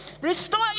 Restore